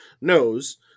knows